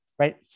right